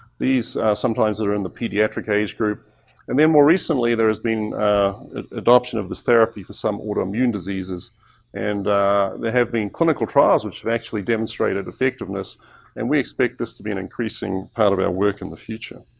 these, sometimes they're in the pediatric age group and then more recently there has been adoption of this therapy for some autoimmune diseases and there have been clinical trials which have actually demonstrated effectiveness and we expect this to be an increasing part of our work in the future.